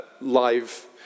live